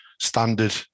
standard